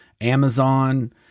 Amazon